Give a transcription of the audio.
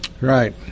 Right